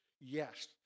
Yes